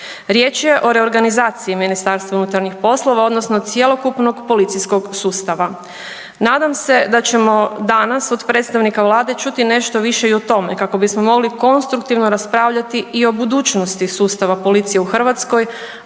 Riječ je o reorganizaciji MUP-a odnosno cjelokupnog policijskog sustava. Nadam se da ćemo danas od predstavnika Vlade čuti nešto više i o tome kako bismo mogli konstruktivno raspravljati i o budućnosti sustava policije u Hrvatskoj,